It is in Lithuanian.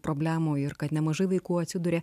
problemų ir kad nemažai vaikų atsiduria